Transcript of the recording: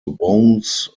wounds